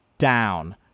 down